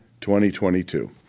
2022